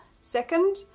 Second